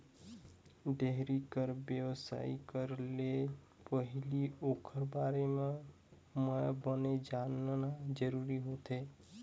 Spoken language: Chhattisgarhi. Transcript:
डेयरी कर बेवसाय करे ले पहिली ओखर बारे म बने जानना जरूरी होथे